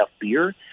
beer